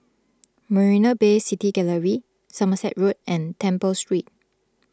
Marina Bay City Gallery Somerset Road and Temple Street